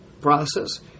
process